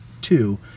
two